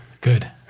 good